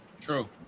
True